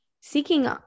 seeking